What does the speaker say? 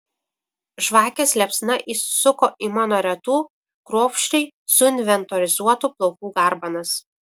žvakės liepsna įsisuko į mano retų kruopščiai suinventorizuotų plaukų garbanas